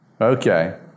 Okay